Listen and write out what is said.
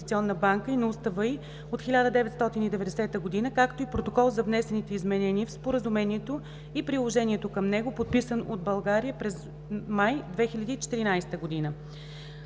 и на устава й от 1990 г., както и Протокол за внесените изменения в Споразумението и приложението към него, подписан от България през май 2014 г.